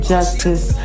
Justice